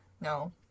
No